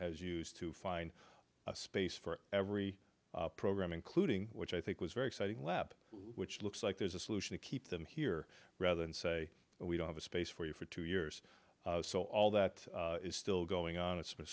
has used to find a space for every program including which i think was very exciting web which looks like there's a solution to keep them here rather than say we don't have a space for you for two years so all that is still going on it's been